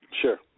Sure